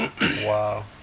Wow